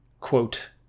quote